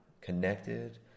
connected